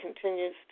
continues